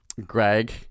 Greg